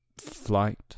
flight